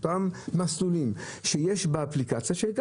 דווקא באותן אוכלוסיות שאין